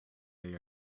they